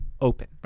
open